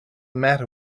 matter